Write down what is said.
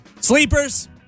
Sleepers